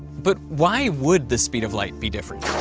but why would the speed of light be different?